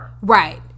right